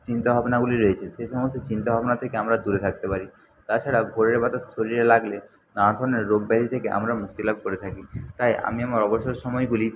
চিন্তাভাবনাগুলি রয়েছে সে সমস্ত চিন্তাভাবনা থেকে আমরা দূরে থাকতে পারি তাছাড়া ভোরের বাতাস শরীরে লাগলে নানা ধরনের রোগব্যাধি থেকে আমরা মুক্তিলাভ করে থাকি তাই আমি আমার অবসর সময়গুলি